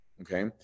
okay